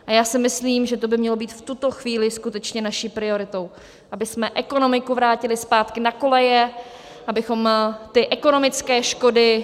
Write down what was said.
A já si myslím, že to by mělo být v tuto chvíli skutečně naší prioritou, abychom ekonomiku vrátili zpátky na koleje, abychom ty ekonomické škody odvrátili.